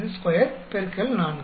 52 X 4